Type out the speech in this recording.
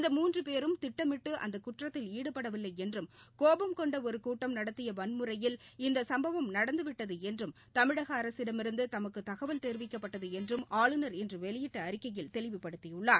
இந்த மூன்றுபேரும் திட்டமிட்டுஅந்தகுற்றத்தில் ஈடுபடவில்லைஎன்றும் கோபம் கொண்டஒருகூட்டம் நடத்தியவன்முறையில் இந்தசம்பவம் நடந்துவிட்டதுஎன்றும் தமிழகஅரசிடமிருந்துதமக்குதகவல் தெரிவிக்கப்பட்டதுஎன்றும் ஆளுநர் இன்றுவெளியிட்டஅறிக்கையில் தெளிவுபடுத்தியுள்ளார்